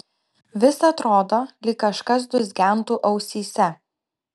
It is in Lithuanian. vis atrodo lyg kažkas dūzgentų ausyse